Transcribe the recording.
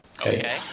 okay